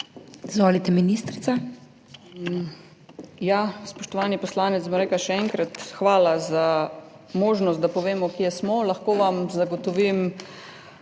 Izvolite, ministrica.